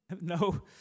no